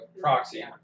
Proxy